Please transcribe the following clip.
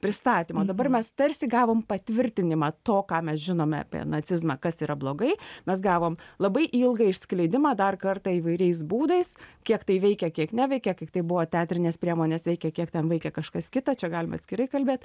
pristatymo dabar mes tarsi gavom patvirtinimą to ką mes žinome apie nacizmą kas yra blogai mes gavom labai ilgą išskleidimą dar kartą įvairiais būdais kiek tai veikia kiek neveikia kiek tai buvo teatrinės priemonės veikia kiek ten vaikia kažkas kita čia galima atskirai kalbėt